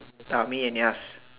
ah me and Yaz